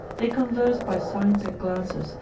they conversed by signs and glances,